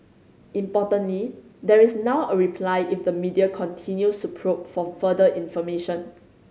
importantly there is now a reply if the media continues to probe for further information